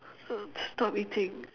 stop eating